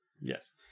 Yes